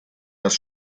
das